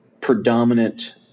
predominant